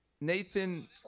Nathan